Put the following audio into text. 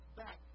back